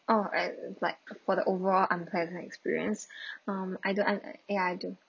oh err like for the overall unpleasant experience um I do I ya I do